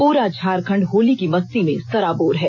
पूरा झारखंड होली की मस्ती से सराबोर है